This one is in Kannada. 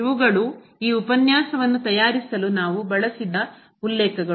ಇವುಗಳು ಈ ಉಪನ್ಯಾಸಗಳನ್ನು ತಯಾರಿಸಲು ನಾವು ಬಳಸಿದ ಉಲ್ಲೇಖಗಳು ಮತ್ತು